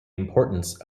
importance